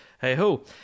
hey-ho